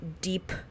deep